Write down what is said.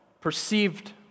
perceived